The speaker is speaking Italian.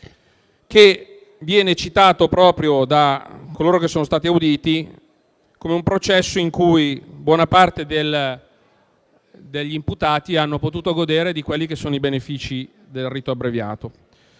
che viene citato proprio da coloro che sono stati auditi come un processo in cui buona parte degli imputati ha potuto godere dei benefici del rito abbreviato.